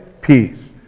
peace